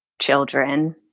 children